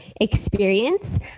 experience